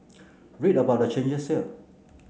read about the changes here